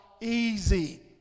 easy